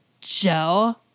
Joe